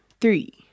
three